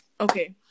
Okay